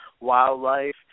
wildlife